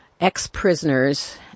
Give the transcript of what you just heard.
ex-prisoners